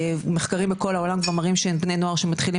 מחקרים בכל העולם מראים שבני נוער שמתחילים